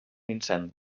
incendi